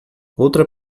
outra